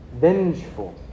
vengeful